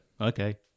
Okay